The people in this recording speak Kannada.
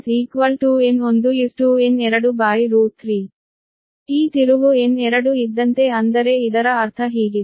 ಈ ತಿರುವು N2 ಇದ್ದಂತೆ ಅಂದರೆ ಇದರ ಅರ್ಥ ಹೀಗಿದೆ